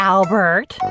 Albert